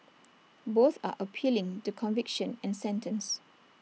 both are appealing the conviction and sentence